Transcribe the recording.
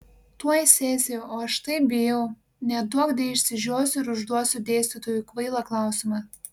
tuoj sesija o aš taip bijau neduokdie išsižiosiu ir užduosiu dėstytojui kvailą klausimą